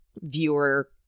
viewer